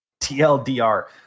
TLDR